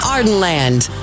Ardenland